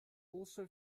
also